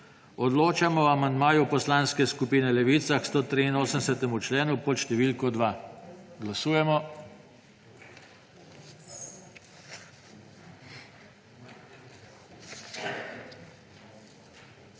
Odločamo o amandmaju Poslanske skupine Levica k 183. členu pod številko 2. Glasujemo.